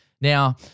Now